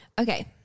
Okay